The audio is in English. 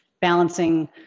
balancing